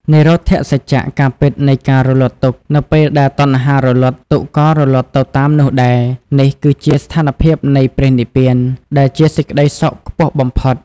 និរោធសច្ចៈ ការពិតនៃការរលត់ទុក្ខ នៅពេលដែលតណ្ហារលត់ ទុក្ខក៏រលត់ទៅតាមនោះដែរ នេះគឺជាស្ថានភាពនៃព្រះនិព្វាន ដែលជាសេចក្តីសុខខ្ពស់បំផុត។